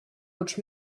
which